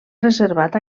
reservat